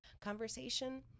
conversation